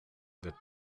the